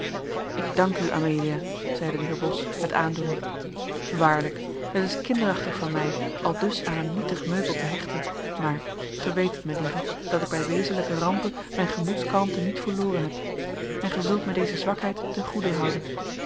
ik dank u amelia zeide de heer bos met aandoening waarlijk het is kinderachtig van mij aldus aan een nietig meubel te hechten maar gij weet het melieve dat ik bij wezenlijke rampen mijn gemoedskalmte niet verloren heb en gij zult mij deze zwakheid ten goede houden